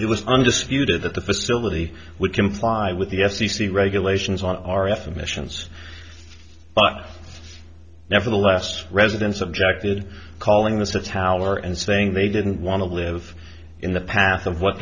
it was undisputed that the facility would comply with the f c c regulations on r f and missions but nevertheless residents objected calling this a tower and saying they didn't want to live in the path of what